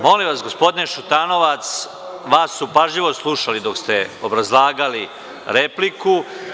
Molim vas, gospodine Šutanovac, vas su pažljivo slušali dok ste obrazlagali repliku.